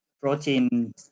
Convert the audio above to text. protein